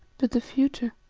but the future